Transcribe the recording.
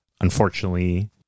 Unfortunately